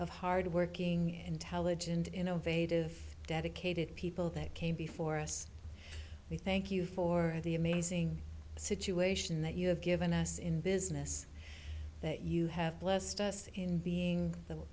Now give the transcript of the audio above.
of hard working intelligent innovative dedicated people that came before us we thank you for the amazing situation that you have given us in business that you have blessed us in being the